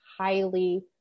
highly